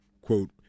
quote